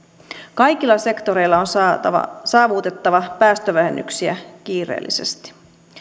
kaikilla sektoreilla on saavutettava päästövähennyksiä kiireellisesti